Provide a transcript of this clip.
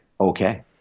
okay